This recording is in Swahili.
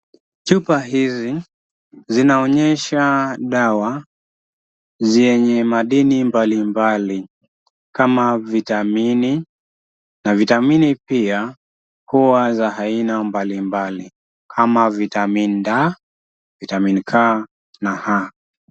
Chupa hizi zinaonyesha dawa zenye madini mbalimbali kama vitamini na vitamini pia huwa za aina mbalimbali kama vitamini D, vitamini K na vitamini H.